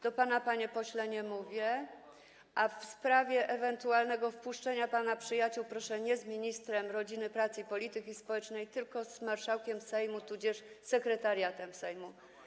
Do pana, panie pośle, nie mówię, a w sprawie ewentualnego wpuszczenia pana przyjaciół proszę rozmawiać nie z ministrem rodziny, pracy i polityki społecznej, tylko z marszałkiem Sejmu tudzież sekretariatem Sejmu.